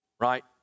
right